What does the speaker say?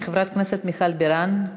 חברת הכנסת מיכל בירן.